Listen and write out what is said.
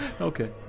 Okay